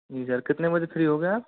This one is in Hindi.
जी सर कितने बजे फ़्री होगे आप